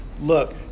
look